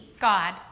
God